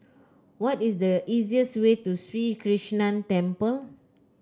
what is the easiest way to Sri Krishnan Temple